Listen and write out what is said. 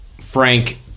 Frank